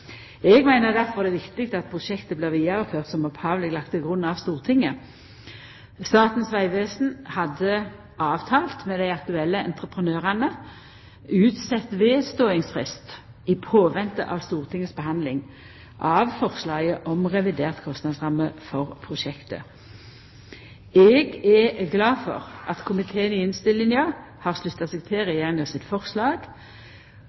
Eg meiner difor det er viktig at prosjektet blir vidareført som opphavleg lagt til grunn av Stortinget. Statens vegvesen hadde avtalt med dei aktuelle entreprenørane utsett vedståingsfrist i påvente av Stortingets handsaming av forslaget om revidert kostnadsramme for prosjektet. Eg er glad for at komiteen i innstillinga har slutta